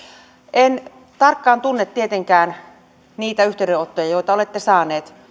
en tietenkään tarkkaan tunne niitä yhteydenottoja joita olette saaneet